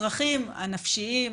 הצרכים הנפשיים,